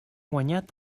guanyat